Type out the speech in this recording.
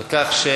על כך ששרים,